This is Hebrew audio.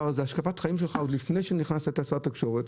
השקפת החיים שלך עוד לפני שנכנסת להיות שר התקשורת.